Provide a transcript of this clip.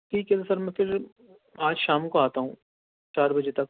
ٹھیک ہے سر میں پھر آج شام کو آتا ہوں چار بجے تک